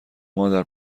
مادر